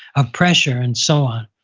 of pressure and so on.